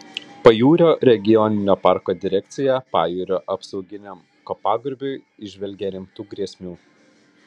pajūrio regioninio parko direkcija pajūrio apsauginiam kopagūbriui įžvelgia rimtų grėsmių